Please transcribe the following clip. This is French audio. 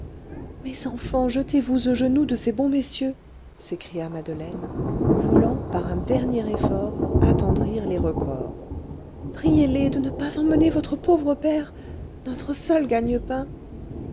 mes enfants jetez-vous aux genoux de ces bons messieurs s'écria madeleine voulant par un dernier effort attendrir les recors priez les de ne pas emmener votre pauvre père notre seul